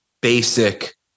basic